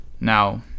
Now